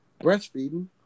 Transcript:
breastfeeding